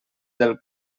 del